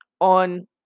on